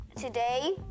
today